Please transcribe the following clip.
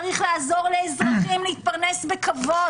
צריך לעזור לאזרחים להתפרנס בכבוד,